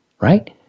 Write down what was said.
right